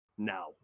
now